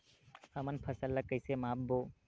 हमन फसल ला कइसे माप बो?